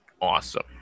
awesome